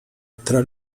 tra